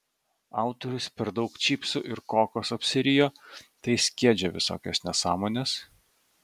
autorius per daug čipsų ir kokos apsirijo tai skiedžia visokias nesąmones